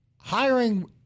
hiring